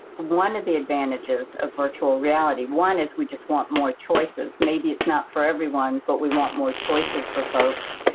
one of the advantages of virtual reality, one is we just want more choices. maybe it's not for everyone but we want more choices for folks,